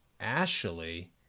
Ashley